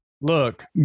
Look